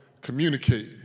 communicate